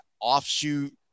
offshoot